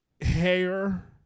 Hair